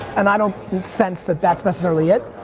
and i don't sense that that's necessarily it,